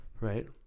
Right